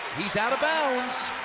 he's out of bounds,